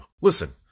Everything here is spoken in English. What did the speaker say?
Listen